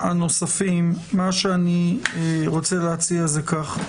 הנוספים, מה שאני רוצה להציע זה ככה: